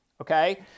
Okay